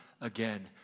again